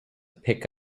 pick